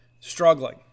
struggling